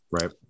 Right